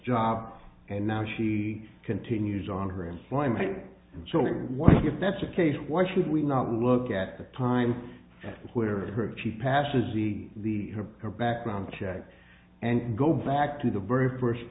job and now she continues on her employment and showing why if that's the case why should we not look at the time at the where her cheapass is e the her background check and go back to the very first